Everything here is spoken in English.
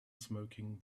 smoking